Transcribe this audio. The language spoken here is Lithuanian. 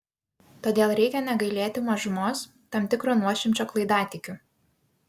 todėl reikia negailėti mažumos tam tikro nuošimčio klaidatikių